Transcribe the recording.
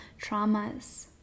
traumas